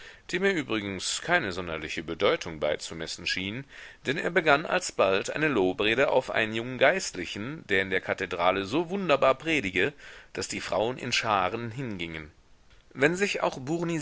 dem er übrigens keine sonderliche bedeutung beizumessen schien denn er begann alsbald eine lobrede auf einen jungen geistlichen der in der kathedrale so wunderbar predige daß die frauen in scharen hingingen wenn sich auch